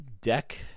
deck